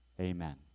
Amen